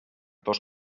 dos